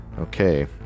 Okay